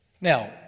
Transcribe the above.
Now